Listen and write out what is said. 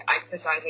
exercising